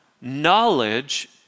knowledge